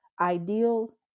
ideals